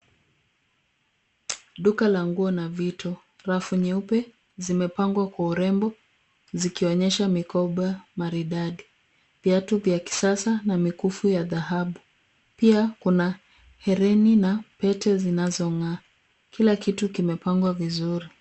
Duka la nguo na vitu. Rafu nyeupe zimepangwa kwa urembo zikionyesha mikoba maridadi, viatu vya kisasa na mikufu ya dhahabu. PIa kuna hereni na pete zinazong'aa. Kila kitu kimepangwa vizuri.